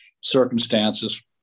circumstances